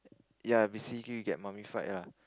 ya basically you get mummified lah